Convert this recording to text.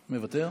מוותר?